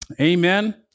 Amen